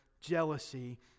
jealousy